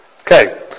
Okay